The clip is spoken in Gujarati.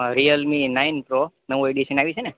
રિયલ મી નાઈન પ્રો નવું એડિશન આવી છેને